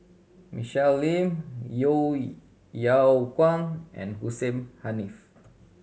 Michelle Lim Yeo Yeow Kwang and Hussein Haniff